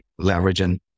leveraging